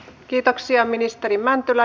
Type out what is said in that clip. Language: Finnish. kiitoksia ministeri mäntylä